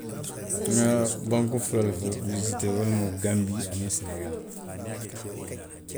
Nŋa banku fula foloo wisitee, wo lemu ganbii aniŋ senegaali